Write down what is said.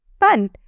Fun